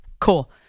cool